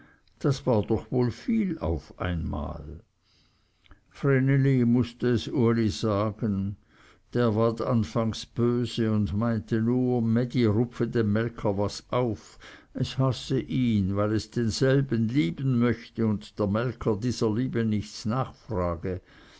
das war doch wohl viel auf einmal vreneli mußte es uli sagen der ward anfangs böse und meinte nur mädi rupfe dem melker was auf es hasse ihn weil es denselben lieben möchte und der melker dieser liebe nichts nachfrage